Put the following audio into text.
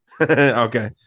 Okay